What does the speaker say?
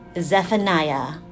Zephaniah